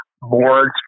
boards